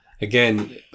again